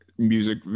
music